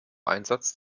einsatz